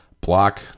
block